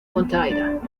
mount